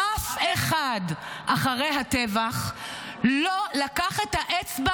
אף אחד אחרי הטבח לא לקח את האצבע